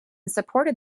supported